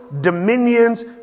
dominions